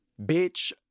Bitch